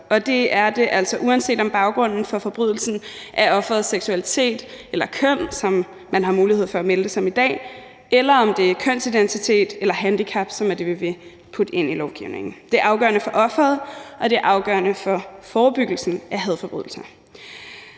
det er det altså, uanset om baggrunden for forbrydelsen er offerets seksualitet eller køn, hvor man så har mulighed for at melde det, som det er i dag, eller om det er på baggrund af kønsidentitet eller handicap, der er det, vi vil putte ind i lovgivningen. Det er afgørende for offeret, og det er afgørende for forebyggelsen af hadforbrydelser.